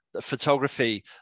photography